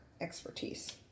expertise